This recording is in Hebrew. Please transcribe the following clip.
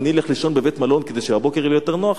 אני אלך לישון בבית-מלון כדי שהבוקר יהיה יותר נוח?